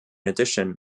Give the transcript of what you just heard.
addition